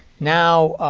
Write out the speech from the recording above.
now,